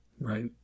Right